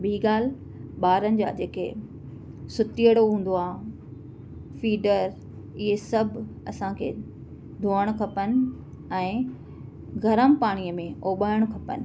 ॿी ॻाल्हि ॿारनि जा जेके सुतिएड़ो हूंदो आहे फीडर इहे सभु असांखे धोअण खपनि ऐं गर्म पाणीअ में उबारणु खपनि